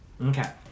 Okay